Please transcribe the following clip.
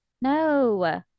No